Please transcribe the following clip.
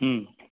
ம்